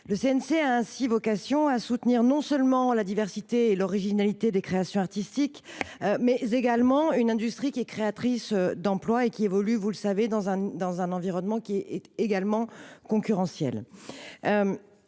Le CNC a ainsi vocation à soutenir non seulement la diversité et l’originalité des créations artistiques, mais également une industrie qui est créatrice d’emplois et qui évolue dans un environnement concurrentiel.